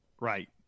Right